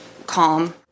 Calm